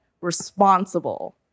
responsible